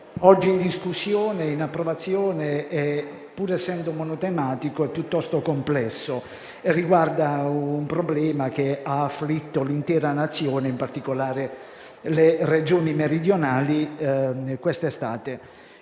oggi in discussione e in approvazione, pur essendo monotematico, è piuttosto complesso. Esso riguarda un problema che ha afflitto l'intera Nazione questa estate, e in particolare le Regioni meridionali, con oltre